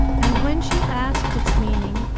and when she asked its meaning,